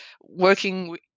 working